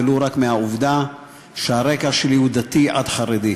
ולו רק בשל העובדה שהרקע שלי הוא דתי עד חרדי: